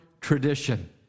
tradition